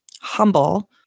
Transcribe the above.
humble